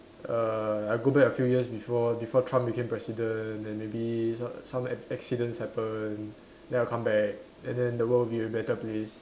uh I go back a few years before before Trump became president then maybe some some ac~ accidents happen then I'll come back and then the world would be a better place